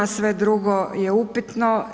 Sve drugo je upitno.